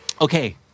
Okay